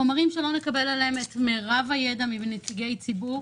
חומרים שלא נקבל עליהם את מרב המידע מנציגי הציבור,